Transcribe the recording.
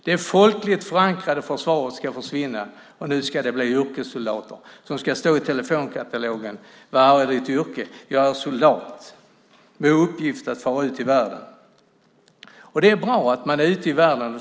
Det folkligt förankrade försvaret ska försvinna, och nu ska det bli yrkessoldater - det ska stå som yrke i telefonkatalogen "soldat" - med uppgift att fara ut i värden. Det är bra att man är ute i världen.